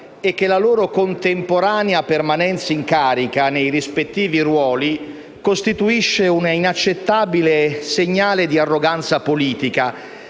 e che la loro contemporanea permanenza in carica, nei rispettivi ruoli, costituisce un inaccettabile segnale di arroganza politica